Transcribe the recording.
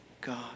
God